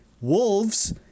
Wolves